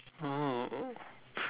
oh